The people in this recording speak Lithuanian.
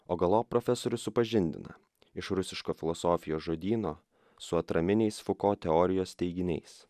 o galop profesorių supažindina iš rusiško filosofijos žodyno su atraminiais fuko teorijos teiginiais